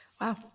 Wow